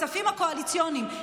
בכספים הקואליציוניים,